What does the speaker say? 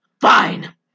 fine